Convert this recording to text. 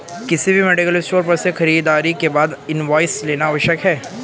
किसी भी medical store पर से खरीदारी के बाद इनवॉइस लेना आवश्यक है